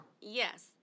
Yes